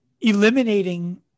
eliminating